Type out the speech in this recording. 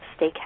steakhouse